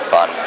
Fun